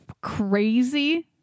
crazy